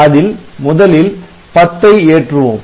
அதில் முதலில் 10 ஐ ஏற்றுவோம்